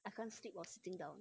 I can't sleep while sitting down